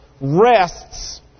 rests